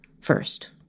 first